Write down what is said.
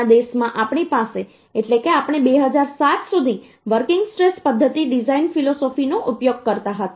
આપણા દેશમાં આપણી પાસે એટલે કે આપણે 2007 સુધી વર્કિંગ સ્ટ્રેસ પદ્ધતિ ડિઝાઇન ફિલોસોફીનો ઉપયોગ કરતા હતા